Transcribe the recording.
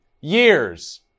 years